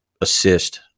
assist